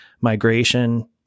migration